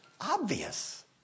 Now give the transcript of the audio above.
obvious